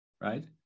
right